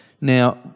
Now